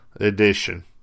edition